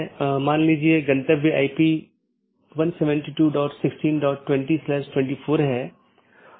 तो इसका मतलब है एक बार अधिसूचना भेजे जाने बाद डिवाइस के उस विशेष BGP सहकर्मी के लिए विशेष कनेक्शन बंद हो जाता है और संसाधन जो उसे आवंटित किये गए थे छोड़ दिए जाते हैं